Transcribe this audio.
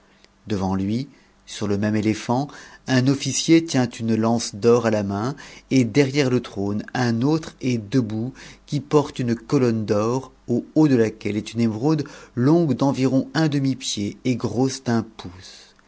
devant sur le même étépbant un officier tient une lance d'or à la main et nere le trône un autre est debout qui porte une colonne d'or au haut de laquelle est une émeraude longue d'environ un demi-pied et grosse pouce